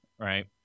Right